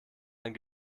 ein